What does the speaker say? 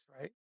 right